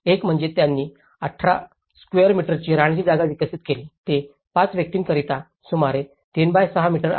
एक म्हणजे त्यांनी 18 स्वेअर मीटर्सची राहण्याची जागा विकसित केली जे 5 व्यक्तींकरिता सुमारे 3 6 मीटर आहे